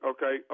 Okay